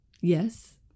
Yes